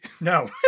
No